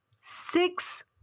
six